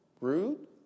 rude